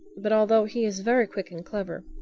but although he is very quick and clever,